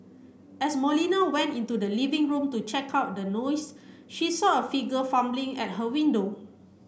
as Molina went into the living room to check out the noise she saw a figure fumbling at her window